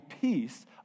peace